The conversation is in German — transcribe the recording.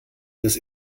das